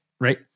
right